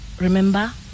Remember